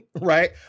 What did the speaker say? right